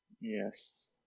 Yes